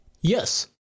yes